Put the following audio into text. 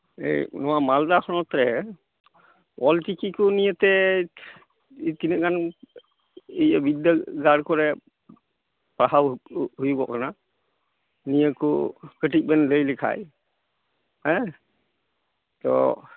ᱱᱚᱣᱟ ᱢᱟᱞᱫᱟ ᱦᱚᱱᱚᱛ ᱨᱮ ᱚᱞ ᱪᱤᱠᱤ ᱠᱚ ᱱᱤᱭᱮᱛᱮ ᱛᱤᱱᱟᱹᱜ ᱜᱟᱱ ᱤᱭᱟᱹ ᱵᱤᱫᱽᱫᱟᱹᱜᱟᱲ ᱠᱚᱨᱮ ᱯᱟᱲᱦᱟᱣ ᱦᱩᱭᱩᱜᱚᱜ ᱠᱟᱱᱟ ᱱᱤᱭᱟᱹ ᱠᱩ ᱠᱟᱹᱴᱤᱡ ᱵᱮᱱ ᱞᱟᱹᱭ ᱞᱮᱠᱷᱟᱡ ᱛᱚ